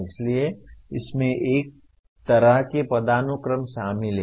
इसलिए इसमें एक तरह की पदानुक्रम शामिल है